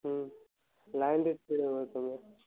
ହଁ ଲାଇନ୍ରେ ଛିଡ଼ା ହୁଅ ତୁମେ